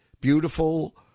beautiful